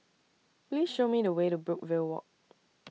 Please Show Me The Way to Brookvale Walk